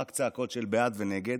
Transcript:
רק צעקות "בעד" ו"נגד"